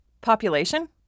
Population